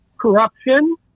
corruption